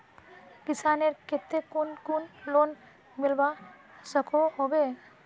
किसानेर केते कुन कुन लोन मिलवा सकोहो होबे?